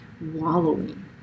wallowing